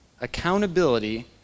Accountability